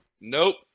Nope